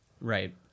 right